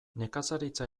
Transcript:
nekazaritza